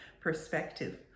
perspective